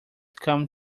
come